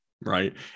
Right